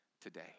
today